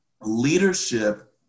Leadership